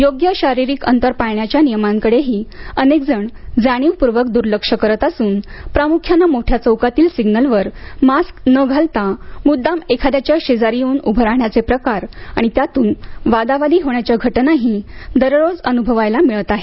योग्य शारीरिक अंतर पाळण्याच्या नियमांकडेही अनेक जण जाणीवपूर्वक दुर्लक्ष करत असून प्रामुख्यानं मोठ्या चौकातील सिग्नलवर मास्क न घालता मुद्दाम एखाद्याच्या शेजारी येऊन उभे राहण्याचे प्रकार आणि त्यातून वादावादी होण्याच्या घटनाही दररोज अनुभवायला मिळत आहेत